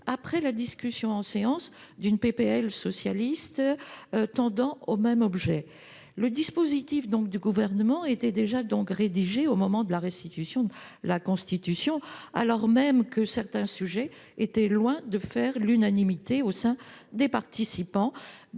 après la discussion en séance d'une proposition de loi socialiste portant sur le même objet. Le dispositif du Gouvernement était donc déjà rédigé au moment de la restitution de la concertation, alors même que certains sujets étaient loin de faire l'unanimité parmi les participants-